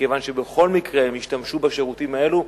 מכיוון שבכל מקרה הם השתמשו בשירותים האלו,